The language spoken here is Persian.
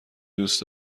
دوست